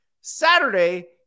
Saturday